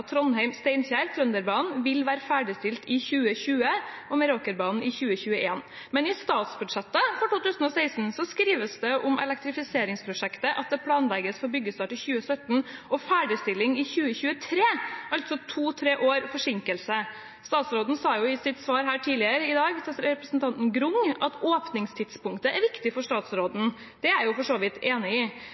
vil være ferdigstilt i 2020 og Meråkerbanen i 2021». Men i statsbudsjettet for 2016 skrives det om elektrifiseringsprosjektet at det planlegges for byggestart i 2017 og ferdigstilling i 2023, altså to–tre års forsinkelse. Statsråden sa i sitt svar til representanten Grung her tidligere i dag at åpningstidspunktet er viktig for statsråden. Det er jeg for så vidt enig i.